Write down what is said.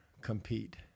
compete